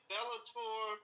Bellator